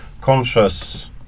conscious